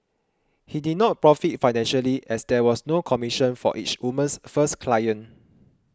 he did not profit financially as there was no commission for each woman's first client